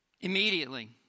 immediately